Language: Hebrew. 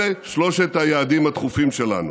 אלה שלושת היעדים הדחופים שלנו: